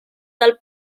del